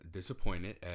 disappointed